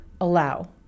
allow